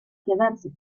quedarse